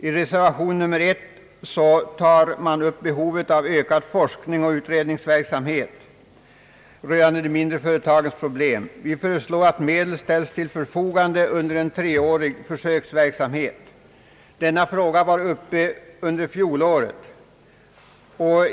I reservation 1 tar man upp behovet av ökad forskningsoch utredningsverksamhet rörande de mindre företagens problem. Vi föreslår att medel ställs till förfogande för en treårig försöksverksamhet. Denna fråga var uppe under fjolåret.